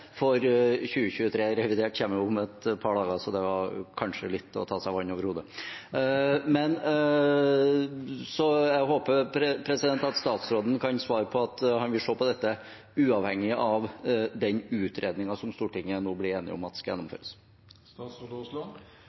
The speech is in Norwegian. for 2023 Revidert kommer jo om et par dager, så det var kanskje å ta seg vann over hodet. Jeg håper statsråden kan svare på at han vil se på dette, uavhengig av den utredningen som Stortinget nå blir enige om at skal gjennomføres.